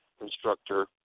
instructor